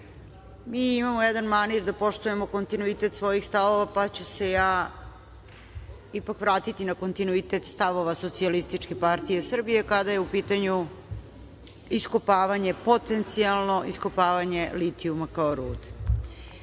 ali imamo jedan manir da poštujemo kontinuitet svojih stavova, pa ću se ja ipak vratiti na kontinuitet stavova SPS kada je u pitanju potencijalno iskopavanje litijuma kao